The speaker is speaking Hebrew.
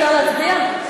אפשר להצביע?